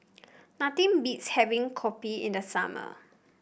nothing beats having kopi in the summer